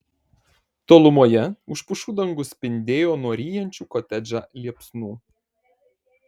tolumoje už pušų dangus spindėjo nuo ryjančių kotedžą liepsnų